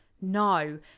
No